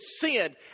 sinned